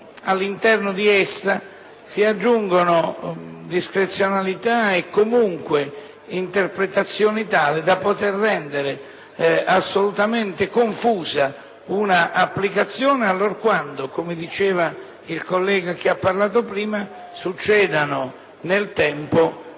all'interno di esso si aggiungono discrezionalità e comunque interpretazioni tali da rendere assolutamente confusa un'applicazione allorquando - come diceva il collega Ichino - si succedano nel tempo diverse fonti